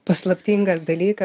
paslaptingas dalykas